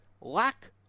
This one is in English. lack